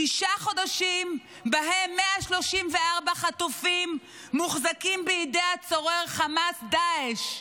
שישה חודשים שבהם 134 חטופים מוחזקים בידי הצורר חמאס-דאעש.